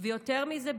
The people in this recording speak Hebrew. ויותר מזה,